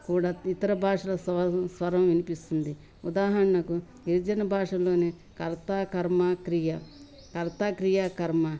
కూడా ఇతర భాషల స్వర స్వరం వినిపిస్తుంది ఉదాహరణకు నిర్జన భాషలోనే కర్తా కర్మ క్రియా కర్తా క్రియా కర్మ